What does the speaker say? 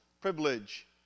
privilege